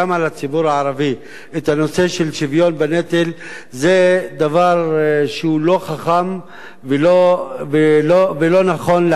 הערבי את הנושא של שוויון בנטל זה דבר שהוא לא חכם ולא נכון לעת הזאת.